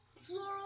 Floral